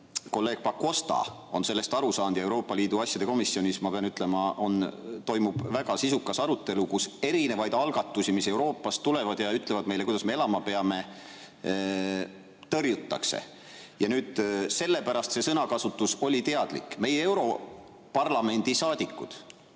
kolleeg Pakosta on sellest aru saanud ja Euroopa Liidu asjade komisjonis, ma pean ütlema, toimub väga sisukas arutelu, kus erinevaid algatusi, mis Euroopast tulevad ja ütlevad meile, kuidas me elama peame, tõrjutakse. Ja nüüd sellepärast see sõnakasutus oli teadlik. Meie europarlamendi saadikud